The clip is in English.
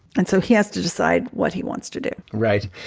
and so he has to decide what he wants to do right.